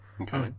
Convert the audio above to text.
Okay